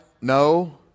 No